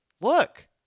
look